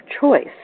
choice